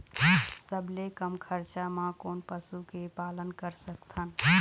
सबले कम खरचा मा कोन पशु के पालन कर सकथन?